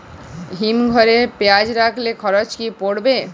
হিম ঘরে পেঁয়াজ রাখলে খরচ কি পড়বে?